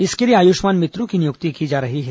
इसके लिए आयुष्मान मित्रों की नियुक्ति की जा रही है